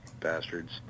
Bastards